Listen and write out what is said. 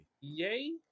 Yay